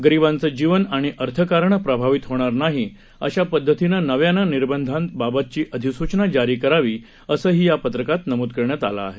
गरीबांचं जीवन आणि अर्थकारण प्रभावित होणार नाही अशा पद्धतिनं नव्यांनं निर्बंधाबाबतची अधिसूचना जारी करावी असंही या पत्रकात नमूद करण्यात आलं आहे